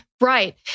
Right